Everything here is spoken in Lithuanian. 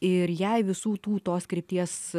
ir jei visų tų tos krypties